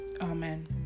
Amen